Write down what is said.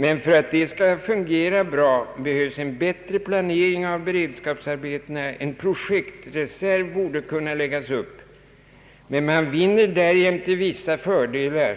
Men för att det hela skall fungera bra behövs en bättre planering av beredskapsarbetena. En projektreserv borde kunna läggas upp. Man vinner därjämte vissa fördelar.